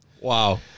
Wow